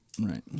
Right